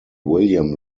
william